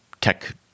tech